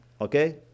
okay